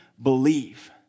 believe